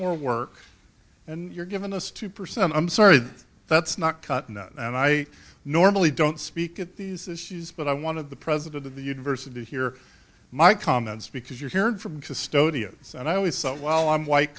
more work and you're giving us two percent i'm sorry that's not cut and i normally don't speak at these issues but i want to the president of the university here my comments because you're hearing from custodians and i always thought well i'm white